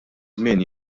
żmien